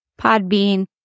podbean